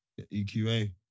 EQA